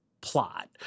plot